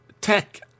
tech